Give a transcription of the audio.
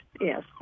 Yes